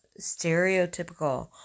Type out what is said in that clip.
stereotypical